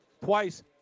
twice